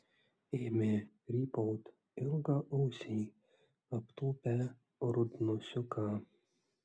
ėmė rypaut ilgaausiai aptūpę rudnosiuką